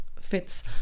fits